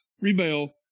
rebel